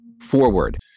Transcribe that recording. forward